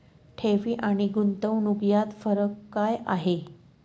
ठेवी आणि गुंतवणूक यात फरक काय आहे?